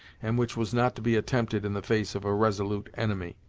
and which was not to be attempted in the face of a resolute enemy.